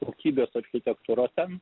kokybės architektūra ten